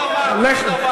מעולה, אותו דבר, אותו דבר.